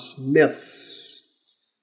myths